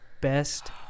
best